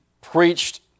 preached